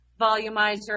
volumizer